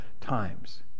times